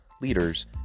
leaders